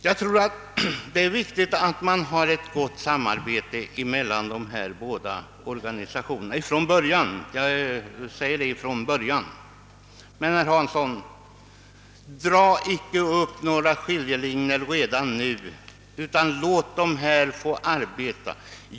Jag tror det är viktigt att ha ett gott samarbete mellan dessa båda organ från början — jag säger från början. Men, herr Hansson, dra inte upp några skiljelinjer redan nu utan låt dessa organ få arbeta!